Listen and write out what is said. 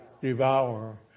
devour